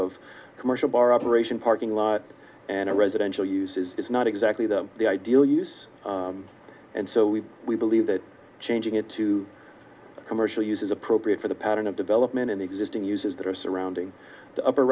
of commercial bar operation parking lot and a residential use is is not exactly the the ideal use and so we we believe that changing it to commercial use is appropriate for the pattern of development and existing uses that are surrounding the upper